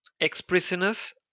ex-prisoners